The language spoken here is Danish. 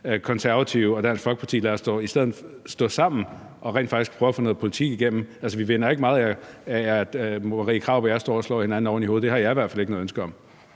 Konservative versus Dansk Folkeparti. Lad os dog i stedet stå sammen og rent faktisk prøve at få noget politik igennem. Altså, vi vinder ikke meget af, at fru Marie Krarup og jeg står og slår hinanden oven i hovedet. Det har jeg i hvert fald ikke noget ønske om.